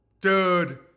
Dude